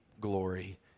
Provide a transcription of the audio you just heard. glory